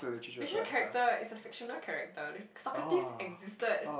fictional character is a fictional character Socrates existed